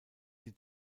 sie